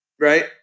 Right